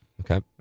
Okay